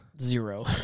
Zero